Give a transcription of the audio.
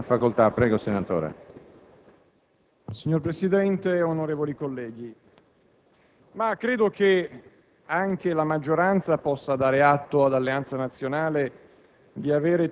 Signor Presidente, onorevoli colleghi,